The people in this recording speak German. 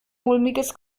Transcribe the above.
mulmiges